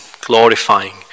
glorifying